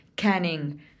Canning